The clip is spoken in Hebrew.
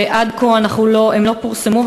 ועד כה הן לא פורסמו,